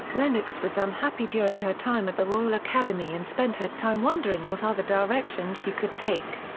lennox was unhappy during her time at the royal academy and spent her time wondering what other direction she could take.